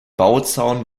bauzaun